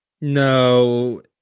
No